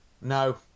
No